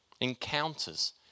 encounters